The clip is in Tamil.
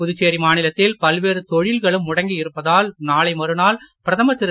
புதுச்சேரி மாநிலத்தில் பல்வேறு தொழில்களும் முடங்கி இருப்பதால் நாளை மறுநாள் பிரதமர் திரு